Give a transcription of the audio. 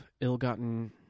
ill-gotten